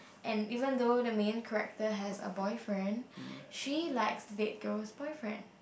and even though the main character has a boyfriend she likes that girl's boyfriend